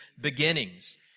beginnings